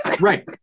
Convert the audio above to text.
Right